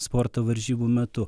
sporto varžybų metu